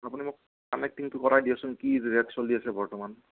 আপুনি মোক কাণেক্টিংটো কৰাই দিয়াচোন কি ৰে'ট চলি আছে বৰ্তমান